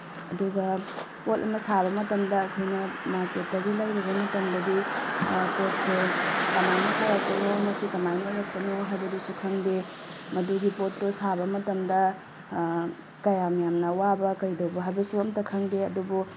ꯑꯗꯨꯒ ꯄꯣꯠ ꯑꯃ ꯁꯥꯕ ꯃꯇꯝꯗ ꯑꯩꯈꯣꯏꯅ ꯃꯥꯔꯀꯦꯠꯇꯒꯤ ꯂꯩꯔꯨꯕ ꯃꯇꯝꯗꯗꯤ ꯄꯣꯠꯁꯦ ꯀꯃꯥꯏꯅ ꯁꯥꯔꯛꯄꯅꯣ ꯃꯁꯤ ꯀꯃꯥꯏꯅ ꯑꯣꯏꯔꯛꯄꯅꯣ ꯍꯥꯏꯕꯗꯨꯁꯨ ꯈꯪꯗꯦ ꯃꯗꯨꯒꯤ ꯄꯣꯠꯇꯣ ꯁꯥꯕ ꯃꯇꯝꯗ ꯀꯌꯥꯝ ꯌꯥꯝꯅ ꯋꯥꯕ ꯀꯩꯗꯧꯕ ꯍꯥꯏꯕꯁꯨ ꯑꯝꯇ ꯈꯪꯗꯦ ꯑꯗꯨꯕꯨ